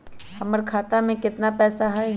हमर खाता में केतना पैसा हई?